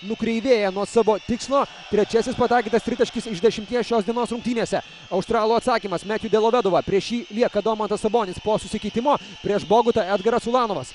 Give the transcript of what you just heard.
nukreivėja nuo savo tikslo trečiasis pataikytas tritaškis iš dešimties šios dienos rungtynėse australų atsakymas metju delovedova prieš jį lieka domantas sabonis po susikeitimo prieš bogutą edgaras ulanovas